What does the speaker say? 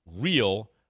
real